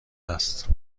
هست